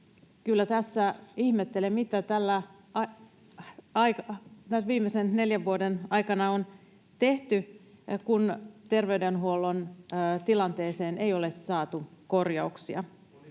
Kyllä tässä ihmettelen, mitä tässä viimeisen neljän vuoden aikana on tehty, kun terveydenhuollon tilanteeseen ei ole saatu korjauksia.